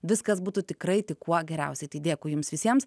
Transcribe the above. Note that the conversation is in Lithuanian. viskas būtų tikrai tik kuo geriausiai tai dėkui jums visiems